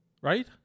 Right